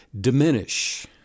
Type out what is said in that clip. diminish